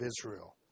Israel